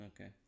Okay